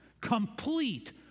complete